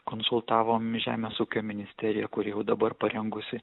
konsultavom žemės ūkio ministeriją kuri jau dabar parengusi